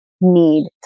need